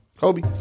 Kobe